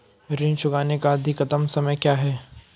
ऋण चुकाने का अधिकतम समय क्या है?